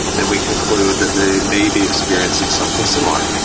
then we conclude that they may be experiencing something similar.